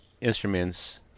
instruments